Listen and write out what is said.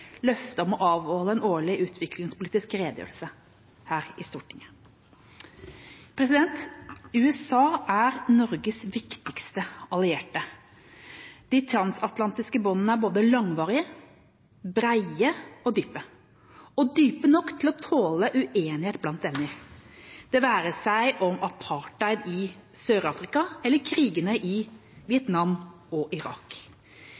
løftet om å avholde en årlig utviklingspolitisk redegjørelse her i Stortinget. USA er Norges viktigste allierte. De transatlantiske båndene er både langvarige, brede og dype – dype nok til å tåle uenighet blant venner, det være seg om apartheid i Sør-Afrika eller om krigene i Vietnam og i Irak.